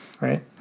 right